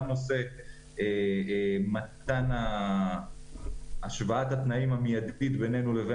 גם נושא מתן השוואת התנאים המיידית בינינו לבין